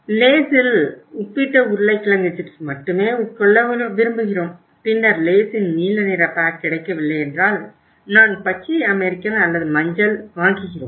Lays இல் உப்பிட்ட உருளைக்கிழங்கு சிப்ஸ் மட்டுமே உட்கொள்ள விரும்புகிறோம் பின்னர் லேஸின் நீல நிற பேக் கிடைக்கவில்லை என்றால் நான் பச்சை அமெரிக்கன் அல்லது மஞ்சள் வாங்குகிறோம்